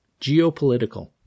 geopolitical